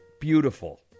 beautiful